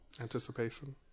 Anticipation